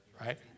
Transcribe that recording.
right